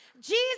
Jesus